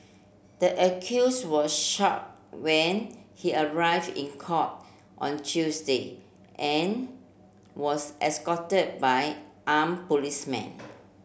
the accused was shackled when he arrive in court on Tuesday and was escorted by arm policemen